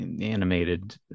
animated